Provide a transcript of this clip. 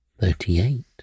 thirty-eight